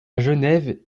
genève